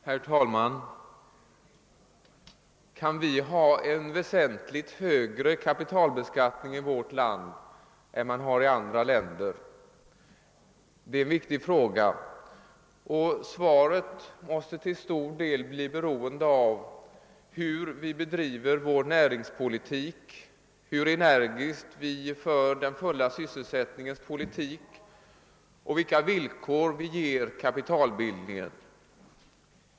Herr talman! Kan vi ha en väsentligt högre kapitalbeskattning i vårt land än man har i andra länder? Det är en viktig fråga, och svaret måste till stor del bli beroende av hur vi bedriver vår näringspolitik, hur energiskt vi för den fulla sysselsättningens politik och vilka villkor vi ger kapitalbildningen.